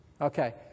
Okay